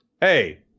hey